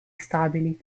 stabili